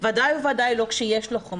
וודאי וודאי כשיש לו חום.